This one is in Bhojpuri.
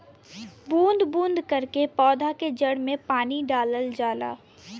बूंद बूंद करके पौधा के जड़ में पानी डालल जाला